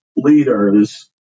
leaders